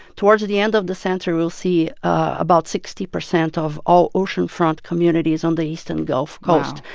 towards the end of the century, we'll see about sixty percent of all oceanfront communities on the eastern gulf coast.